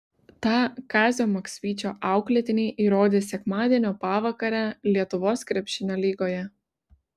tą kazio maksvyčio auklėtiniai įrodė sekmadienio pavakarę lietuvos krepšinio lygoje